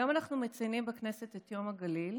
היום אנחנו מציינים בכנסת את יום הגליל.